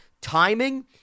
timing